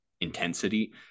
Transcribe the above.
intensity